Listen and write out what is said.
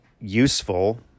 useful